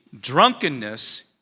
Drunkenness